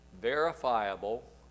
verifiable